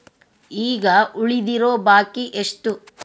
ಈಗ ಉಳಿದಿರೋ ಬಾಕಿ ಎಷ್ಟು?